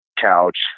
Couch